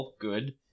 Good